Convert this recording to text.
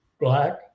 Black